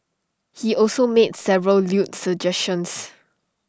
he also made several lewd suggestions